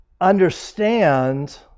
Understand